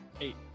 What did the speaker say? Eight